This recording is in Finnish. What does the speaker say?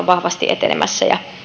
vahvasti etenemässä ja